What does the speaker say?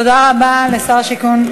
תודה רבה לשר השיכון.